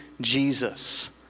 Jesus